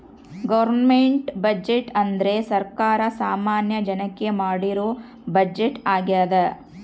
government budget ಅಂದ್ರೆ ಸರ್ಕಾರ ಸಾಮಾನ್ಯ ಜನಕ್ಕೆ ಮಾಡಿರೋ ಬಜೆಟ್ ಆಗ್ಯದ